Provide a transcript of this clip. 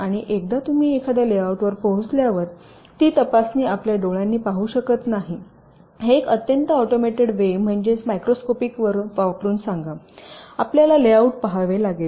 आणि एकदा तुम्ही एखाद्या लेआउटवर पोचल्यावर ती तपासणी आपल्या डोळ्यांनी पाहू शकत नाही हे एक अत्यंत ऑटोमेटेड वे म्हणजे मायक्रोस्कोपिक वापरुन सांगा आपल्याला लेआउट पहावे लागेल